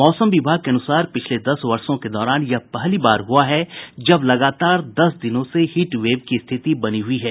मौसम विभाग के अनुसार पिछले दस वर्षो के दौरान यह पहली बार हुआ है जब लगातार दस दिनों से हिट बेव की स्थिति बनी हुई है